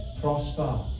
prosper